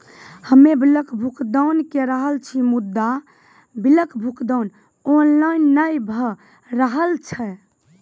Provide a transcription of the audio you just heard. हम्मे बिलक भुगतान के रहल छी मुदा, बिलक भुगतान ऑनलाइन नै भऽ रहल छै?